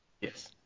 Yes